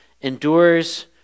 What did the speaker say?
endures